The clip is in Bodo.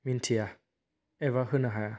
मिथिया एबा होनो हाया